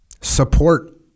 Support